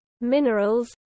minerals